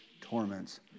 torments